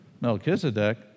Melchizedek